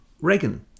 reagan